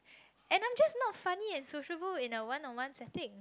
and I'm just not funny and sociable in a one on one setting